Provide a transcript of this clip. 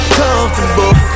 comfortable